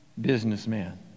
businessman